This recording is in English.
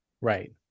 right